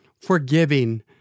forgiving